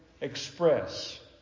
express